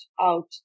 out